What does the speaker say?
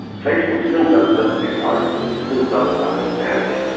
facebook still doesn't doesn't get privacy, it still doesn't understand it.